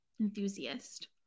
enthusiast